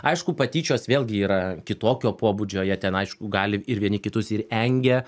aišku patyčios vėlgi yra kitokio pobūdžio jie ten aišku gali ir vieni kitus ir engia